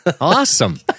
Awesome